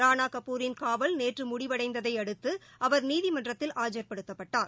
ரானாகபூரின் காவல் நேற்றுமுடிவடைந்ததையடுத்துஅவர் நீதிமன்றத்தில் ஆஜர்படுத்தப்பட்டார்